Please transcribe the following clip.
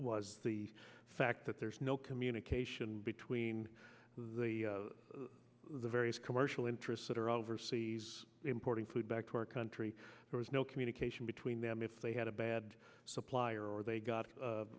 was the fact that there is no communication between the the various commercial interests that are overseas importing food back to our country there was no communication between them if they had a bad supplier or they got